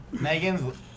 Megan's